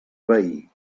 veí